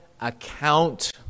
account